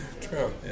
true